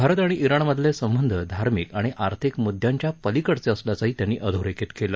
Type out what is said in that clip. भारत आणि इराणमधले संबंध धर्मिक आणि आर्थिक मुद्यांच्या पलिकडचे असल्याचंही त्यांनी अधोरेखीत केलं